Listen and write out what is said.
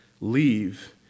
leave